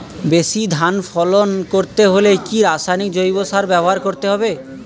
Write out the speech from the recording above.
বেশি ধান ফলন করতে হলে কি রাসায়নিক জৈব সার ব্যবহার করতে হবে?